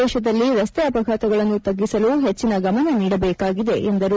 ದೇಶದಲ್ಲಿ ರಸ್ತೆ ಅಪಘಾತಗಳನ್ನು ತಗ್ಗಿಸಲು ಹೆಚ್ಚಿನ ಗಮನ ನೀಡಬೇಕಾಗಿದೆ ಎಂದರು